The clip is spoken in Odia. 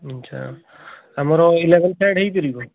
ଆଚ୍ଛା ଆମର ଇଲେଭେନ୍ ସାଇଡ଼୍ ହୋଇପାରିବ